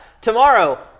Tomorrow